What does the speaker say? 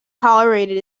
tolerated